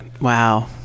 wow